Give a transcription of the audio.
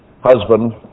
husband